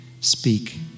speak